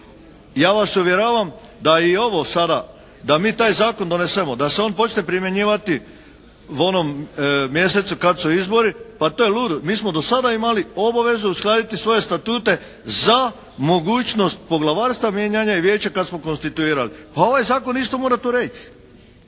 Ja vas uvjeravam da i ovo sada da mi taj zakon donesemo da se on počne primjenjivati u onom mjesecu kad su izbori, pa to je ludo. Mi smo do sada imali obavezu uskladiti svoje statute za mogućnost poglavarstva mijenjanja i vijeća kada smo konstituirali. Pa ovaj zakon isto mora to reći.